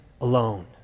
alone